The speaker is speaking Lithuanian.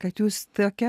kad jūs tokia